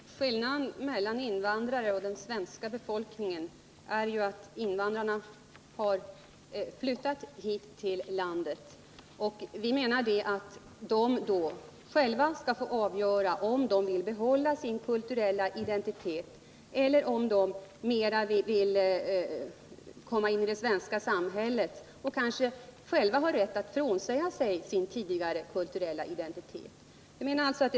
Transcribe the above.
Herr talman! En skillnad mellan invandrarna och den svenska befolkningen är ju att de förra har flyttat hit till landet. Vi menar att de själva skall få avgöra om de vill behålla sin kulturella identitet eller om de mera vill anpassa sig till det svenska samhället och tona ner sin tidigare kulturella identitet.